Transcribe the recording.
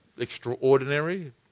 Extraordinary